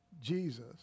Jesus